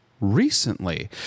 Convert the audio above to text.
recently